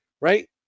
right